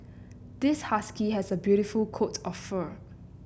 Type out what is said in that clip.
this husky has a beautiful coat of fur